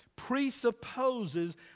presupposes